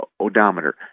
odometer